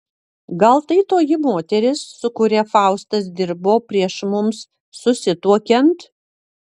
gal tai toji moteris su kuria faustas dirbo prieš mums susituokiant